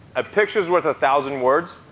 a picture's worth a thousand words.